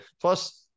Plus